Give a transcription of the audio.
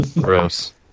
gross